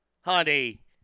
Honey